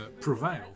prevail